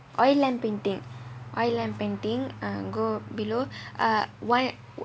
oil and painting oil and painting uh go below ah one